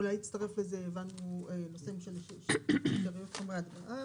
אולי יצטרף לזה נושא של חומרי הדברה,